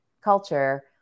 culture